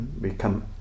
Become